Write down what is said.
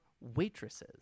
waitresses